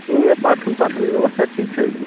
ओहिमे पाठन पाठनके बेबस्था ठीक छै